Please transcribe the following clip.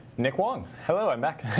nick wong. hello, i'm back.